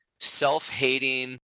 self-hating